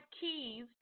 Keys